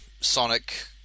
Sonic